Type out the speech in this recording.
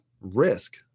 risk